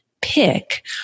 pick